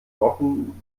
wochen